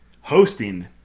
hosting